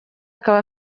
akaba